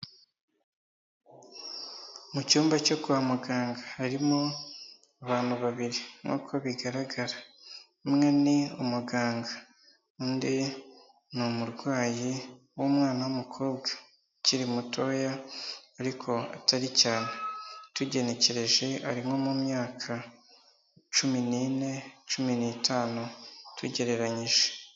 Mu cyumba cyo kwa muganga harimo abantu babiri nk'uko bigaragara, umwe ni umuganga undi ni umurwayi w'umwana w'umukobwa ukiri mutoya ariko atari cyane, tugenekereje ari nko mu myaka cumi nine cumi n'itanu tugereranyije.